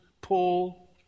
Paul